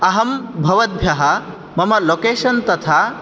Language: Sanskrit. अहं भवद्भ्यः मम लोकेशन् तथा